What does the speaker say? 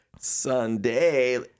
Sunday